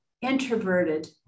introverted